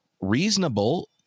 reasonable